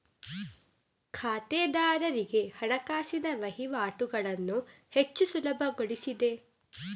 ಖಾತೆದಾರರಿಗೆ ಹಣಕಾಸಿನ ವಹಿವಾಟುಗಳನ್ನು ಹೆಚ್ಚು ಸುಲಭಗೊಳಿಸಿದೆ